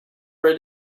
where